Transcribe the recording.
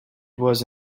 was